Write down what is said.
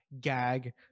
gag